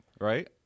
right